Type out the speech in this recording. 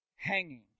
Hanging